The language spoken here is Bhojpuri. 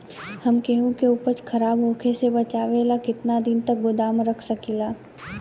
हम गेहूं के उपज खराब होखे से बचाव ला केतना दिन तक गोदाम रख सकी ला?